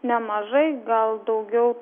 nemažai gal daugiau